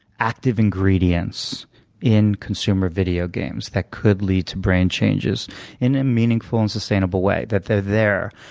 active ingredients in consumer video games that could lead to brain changes in a meaningful and sustainable way, that they're there.